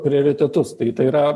prioritetus tai tai yra